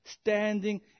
standing